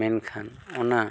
ᱢᱮᱱᱠᱷᱟᱱ ᱚᱱᱟ